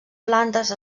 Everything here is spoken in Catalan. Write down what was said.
plantes